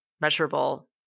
measurable